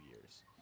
years